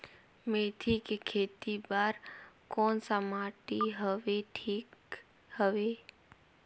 मेथी के खेती बार कोन सा माटी हवे ठीक हवे?